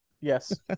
Yes